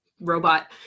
robot